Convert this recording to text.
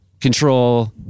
control